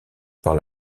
par